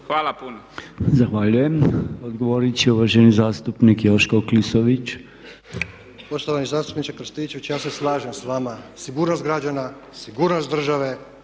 Hvala puno.